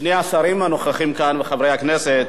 שני השרים הנוכחים כאן וחברי הכנסת,